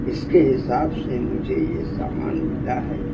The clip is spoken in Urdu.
اس کے حساب سے مجھے یہ سامان ملا ہے